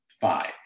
five